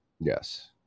yes